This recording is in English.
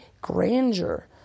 grandeur